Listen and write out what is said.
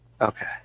Okay